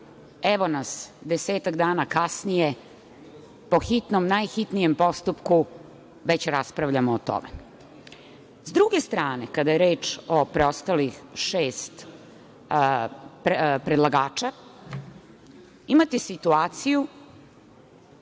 evo nas, desetak dana kasnije, po hitnom, najhitnijem postupku, već raspravljamo o tome.S druge strane, kada je reč o preostalih šest predlagača, imate situaciju